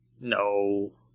No